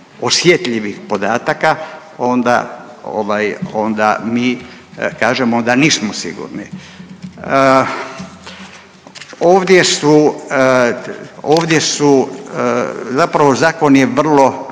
osjetljivih podataka onda mi kažemo da nismo sigurni. Ovdje su zapravo zakon je vrlo,